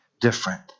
different